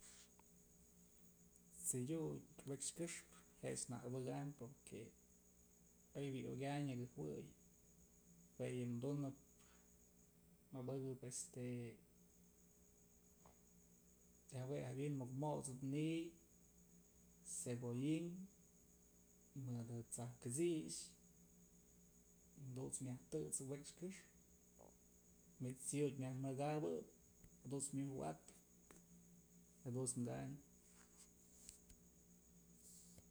T'sedyut wekxë këxpë jech ja abëkam porque oy bi'i okyanyë nyaka jawëy jue yëm dunëp abëkëp este jue jawi'im muk mot'sëp ni'iy, cebollin, mëdë t'saj kët'sixë jadunt's myaj tësëp wekx këxpë manyt's t'sëdyut myaj mëkabëp jadut's myoj wa'atëp jadunt's kanyëp.